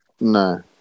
no